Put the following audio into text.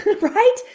right